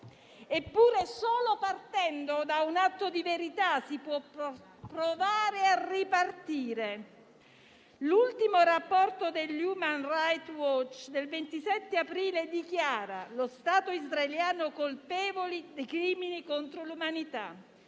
Eppure solo partendo da un atto di verità si può provare a ripartire. L'ultimo rapporto dello Human rights watch del 27 aprile dichiara lo Stato israeliano colpevole di crimini contro l'umanità,